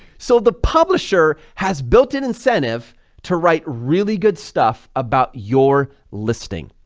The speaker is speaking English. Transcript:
so the publisher has built an incentive to write really good stuff about your listing,